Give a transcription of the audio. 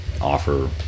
offer